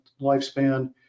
lifespan